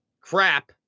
crap